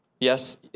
Yes